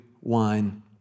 wine